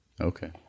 Okay